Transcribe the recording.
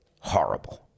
horrible